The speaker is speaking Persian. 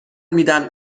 میدم